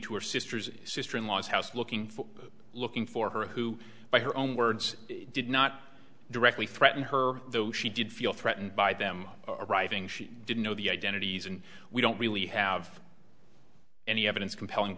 to her sister's sister in law's house looking for looking for her who by her own words did not directly threaten her though she did feel threatened by them arriving she didn't know the identities and we don't really have any evidence compelling